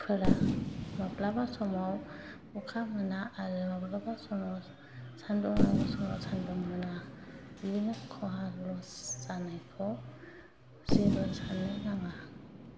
फोरा माब्लाबा समाव अखा मोना आरो माब्लाबा समाव सान्दुं नांगौ समाव सान्दुं मोना बिदिनो खहा लस जानायखौ जेबो साननो नाङा